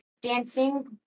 dancing